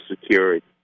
security